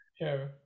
Sure